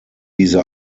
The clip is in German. diese